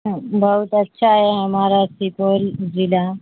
بہت اچھا ہے ہمارا سپول ضلع